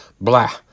Blah